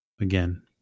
again